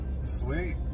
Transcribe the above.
Sweet